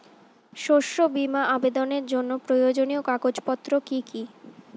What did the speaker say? শস্য বীমা আবেদনের জন্য প্রয়োজনীয় কাগজপত্র কি কি?